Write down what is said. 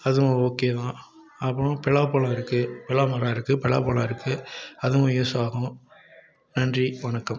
அதுவும் ஓகே தான் அப்புறம் பலாப் பழம் இருக்குது பலா மரம் இருக்குது பலாப் பழம் இருக்குது அதுவும் யூஸ் ஆகும் நன்றி வணக்கம்